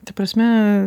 ta prasme